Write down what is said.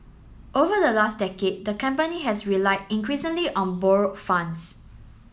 over the last decade the company has relied increasingly on borrowed funds